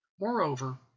Moreover